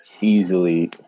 easily